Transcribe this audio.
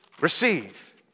receive